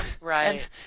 right